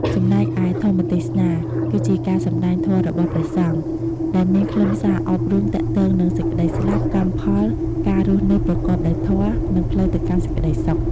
ចំណែកឯ ធម្មទេសនា គឺជាការសំដែងធម៌របស់ព្រះសង្ឃ ដែលមានខ្លឹមសារអប់រំទាក់ទងនឹងសេចក្តីស្លាប់ កម្មផល ការរស់នៅប្រកបដោយធម៌ និងផ្លូវទៅកាន់សេចក្តីសុខ។